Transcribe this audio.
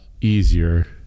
easier